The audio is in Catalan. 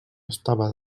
estava